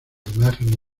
imagen